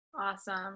Awesome